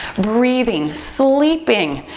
breathing, sleeping,